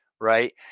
right